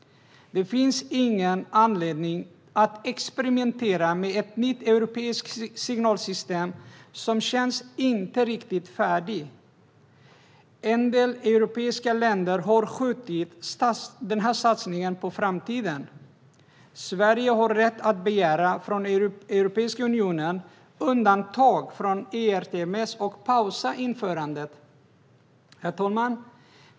Det finns ingen anledning att experimentera med ett nytt europeiskt signalsystem som inte känns riktigt färdigt. En del europeiska länder har skjutit denna satsning på framtiden. Sverige har rätt att från Europeiska unionen begära undantag från ERTMS och pausa införandet.